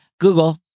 Google